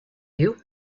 you